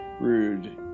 rude